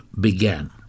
began